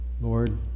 Lord